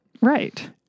Right